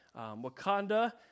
Wakanda